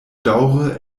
daŭre